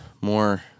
more